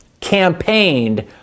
campaigned